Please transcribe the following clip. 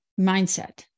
mindset